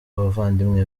abavandimwe